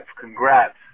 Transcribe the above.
Congrats